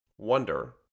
wonder